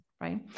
Right